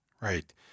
Right